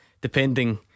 Depending